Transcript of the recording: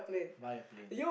buy a plane